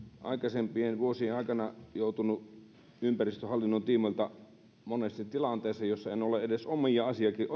aikaisempien vuosien aikana joutunut ympäristöhallinnon tiimoilta monesti tilanteeseen jossa en ole edes omia